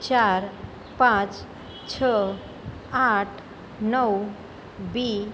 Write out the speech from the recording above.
ચાર પાંચ છ આઠ નવ બી